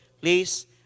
please